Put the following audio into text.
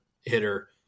hitter